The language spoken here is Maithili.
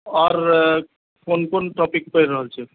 आओर कोन कोन टॉपिक पढ़ि रहल छी